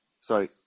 Sorry